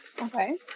Okay